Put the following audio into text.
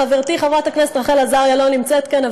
חברתי חברת הכנסת רחל עזריה לא נמצאת כאן,